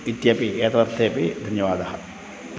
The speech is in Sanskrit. इत्यपि एतदर्थेपि धन्यवादः